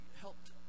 helped